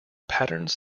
patterns